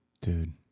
Dude